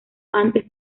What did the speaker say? antes